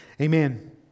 Amen